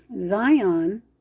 Zion